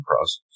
process